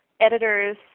editors